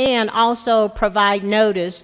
and also provide notice